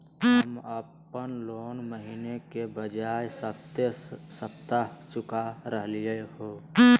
हम अप्पन लोन महीने के बजाय सप्ताहे सप्ताह चुका रहलिओ हें